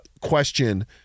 question